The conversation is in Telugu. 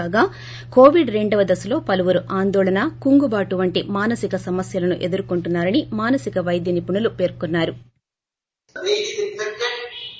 కాగా కోవిడ్ రెండవ దశలో పలువురు ఆందోళన కుంగుబాటు వంటి మానసిక సమస్యలను ఎదుర్కోంటున్నా రని మానసిక వైద్య నిపుణులు పేర్కోన్నారు